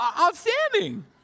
outstanding